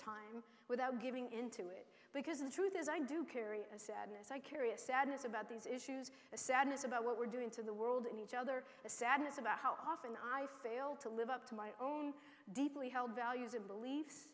time without giving in to it because the truth is i do carry a sadness i carry a sadness about these issues a sadness about what we're doing to the world and each other a sadness about how often i fail to live up to my own deeply held values and beliefs